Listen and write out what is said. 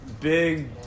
big